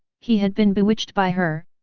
he had been bewitched by her,